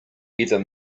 either